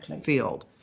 field